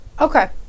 okay